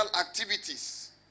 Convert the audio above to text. activities